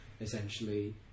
essentially